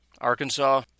arkansas